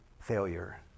failure